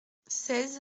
seize